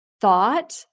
thought